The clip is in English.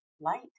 light